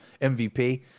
MVP